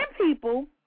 people